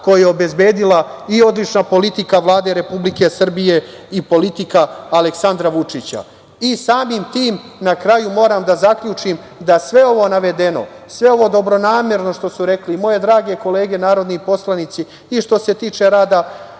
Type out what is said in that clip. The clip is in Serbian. koja je obezbedila i odlična politika Vlade Republike Srbije i politika Aleksandra Vučića. Samim tim, na kraju moram da zaključim da sve ovo navedeno, sve ovo dobronamerno što su rekle i moje drage kolege narodni poslanici, i što se tiče rada